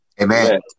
Amen